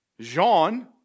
Jean